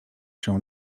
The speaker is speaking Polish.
się